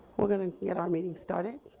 we're going to get our meeting started.